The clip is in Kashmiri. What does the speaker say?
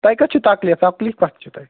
تۄہہِ کَتھ چھُ تَکلیٖف تَکلیٖف کَتھ چُھ تۄہہِ